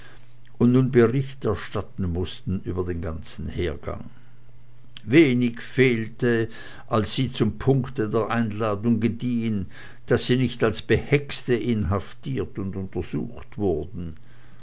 und nun bericht erstatten mußten über den ganzen hergang wenig fehlte als sie zum punkte der einladung gediehen daß sie nicht als behexte inhaftiert und untersucht wurden